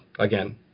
Again